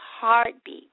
heartbeat